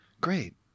Great